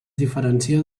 diferencia